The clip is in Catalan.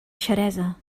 xeresa